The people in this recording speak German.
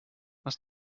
was